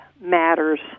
matters